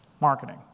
marketing